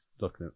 look